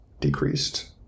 decreased